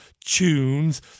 tunes